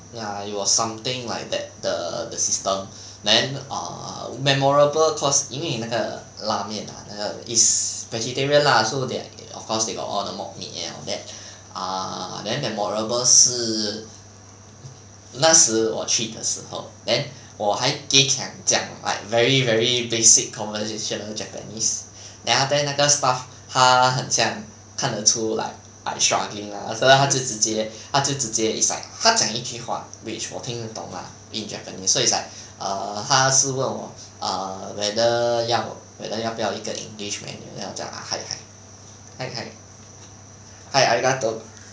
ya it was something like that the the system then err memorable cause 因为那个拉面 ah 那个 is vegetarian lah so they are like of course they got all the mock meat and all that ah then memorable 是那时我去的时候 then 我还 geh kiang 这样 like very very basic conversational japanese then after that 那个 staff 他很像看得出 like like struggling lah then after that 他就直接他就直接 is like 他讲一句话 which 我听得懂 lah in japanese so it's like err 他是问我 err whether 要 whether 要不要一个 english menu then 我讲 ah